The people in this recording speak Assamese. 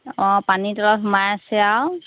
অঁ পানী তলত সোমাই আছে আৰু